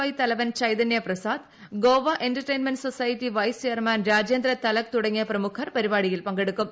I തലവൻ Chaitanya Prasad Goa entertainment society vice chairman Rajendra Talak തുടങ്ങിയ പ്രമുഖർ പരിപാടിയിൽ പങ്കെടുക്കും